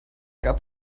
gab